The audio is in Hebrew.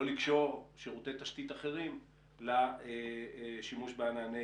לא לקשור שירותי תשתית אחרים לשימוש בענן.